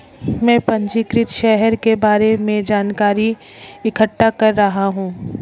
मैं पंजीकृत शेयर के बारे में जानकारी इकट्ठा कर रहा हूँ